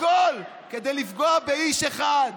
הכול, כדי לפגוע באיש אחד,